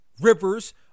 rivers